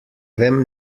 vem